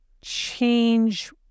change